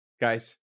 Guys